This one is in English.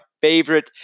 favorite